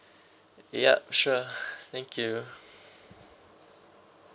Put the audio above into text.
yup sure thank you